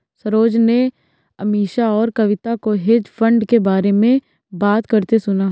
सरोज ने अमीषा और कविता को हेज फंड के बारे में बात करते सुना